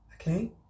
okay